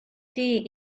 tea